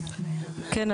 כן,